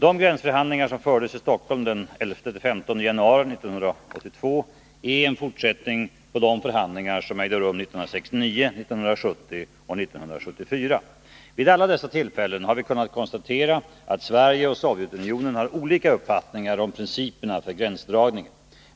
De gränsförhandlingar som fördes i Stockholm den 11-15 januari 1982 är en fortsättning på de förhandlingar som ägde rum 1969, 1970 och 1974. Vid alla dessa tillfällen har vi kunnat konstatera att Sverige och Sovjetunionen har olika uppfattning om principerna för gränsdragningen.